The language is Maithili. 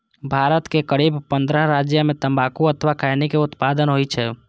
भारत के करीब पंद्रह राज्य मे तंबाकू अथवा खैनी के उत्पादन होइ छै